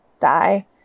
die